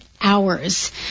hours